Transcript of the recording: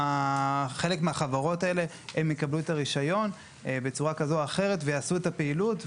חלק מהחברות הללו יקבלו את הרישיון בצורה כזו או אחרת ויעשו את הפעילות,